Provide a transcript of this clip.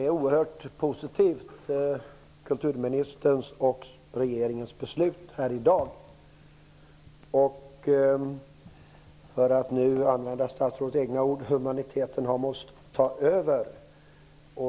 Herr talman! Kulturministerns och regeringens beslut i dag är oerhört positivt. För att använda statsrådets egna ord: Humaniteten har måst ta över.